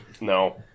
No